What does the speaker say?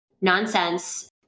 nonsense